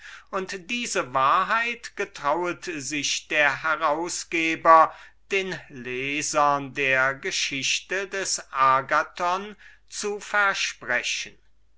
und diese wahrheit getrauet sich der herausgeber den lesern der geschichte des agathons zu versprechen